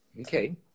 Okay